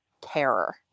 terror